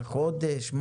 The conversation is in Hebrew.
חודש?